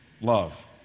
love